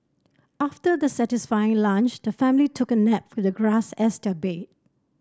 after the satisfying lunch the family took a nap with the grass as their bed